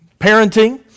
parenting